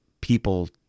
people